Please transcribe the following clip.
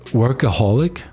workaholic